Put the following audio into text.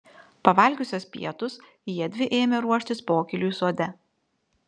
pavalgiusios pietus jiedvi ėmė ruoštis pokyliui sode